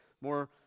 more